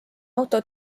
auto